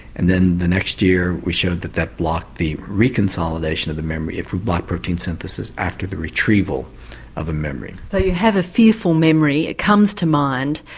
and then the next year we showed that that blocked the reconsolidation of the memory if we block protein synthesis after the retrieval of a memory. so you have a fearful memory, it comes to mind,